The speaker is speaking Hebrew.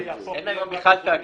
אין היום בכלל תאגידים.